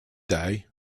day